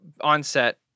onset